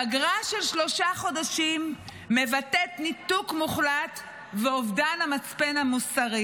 פגרה של שלושה חודשים מבטאת ניתוק מוחלט ואובדן המצפן המוסרי,